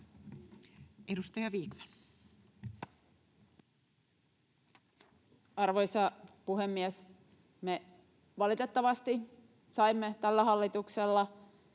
15:48 Content: Arvoisa puhemies! Me valitettavasti saimme tällä hallituksella